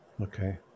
Okay